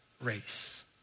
race